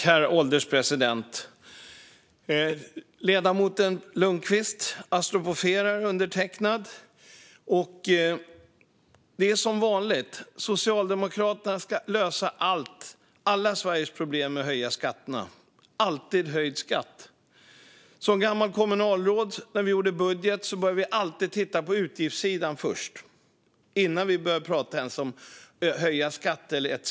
Herr ålderspresident! Ledamoten Lundqvist apostroferar undertecknad, och det är som vanligt: Socialdemokraterna ska lösa allt, alla Sveriges problem, genom att höja skatterna. Alltid höjd skatt! När jag var kommunalråd och vi gjorde budget började vi alltid med att titta på utgiftssidan först, innan vi ens började prata om att höja skatten etcetera.